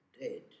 dead